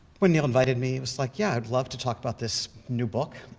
when neil invited me, it was like, yeah, i'd love to talk about this new book.